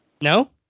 No